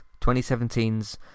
2017's